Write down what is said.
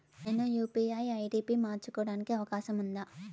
నేను UPI ID పి మార్చుకోవడానికి అవకాశం ఉందా?